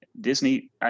Disney